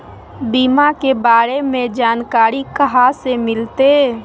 बीमा के बारे में जानकारी कहा से मिलते?